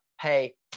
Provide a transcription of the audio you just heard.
hey